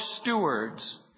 stewards